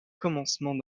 commencements